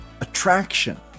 attraction